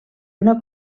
una